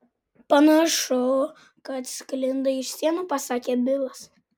panašu kad sklinda iš sienų pasakė bilas